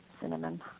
cinnamon